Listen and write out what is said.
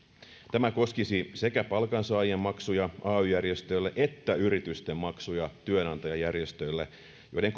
tämä koskisi sekä palkansaajien maksuja ay järjestöille että yritysten maksuja työnantajajärjestöille joiden